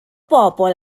bobl